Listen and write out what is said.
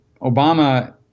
obama